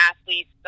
athletes